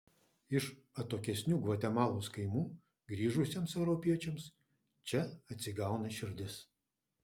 iš atokesnių gvatemalos kaimų grįžusiems europiečiams čia atsigauna širdis